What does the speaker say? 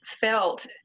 felt